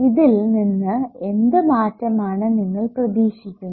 ഇതിൽ നിന്ന് എന്ത് മാറ്റമാണ് നിങ്ങൾ പ്രതീകഷിക്കുന്നത്